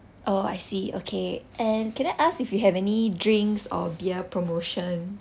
oh I see okay and can I ask if you have any drinks or beer promotion